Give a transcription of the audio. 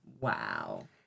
Wow